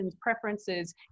preferences